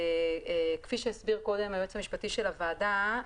כפי שהסביר קודם היועץ המשפטי של הוועדה,